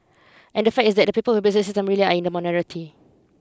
and the fact is that the people who abuse the system really are in the minority